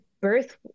birth